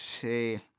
see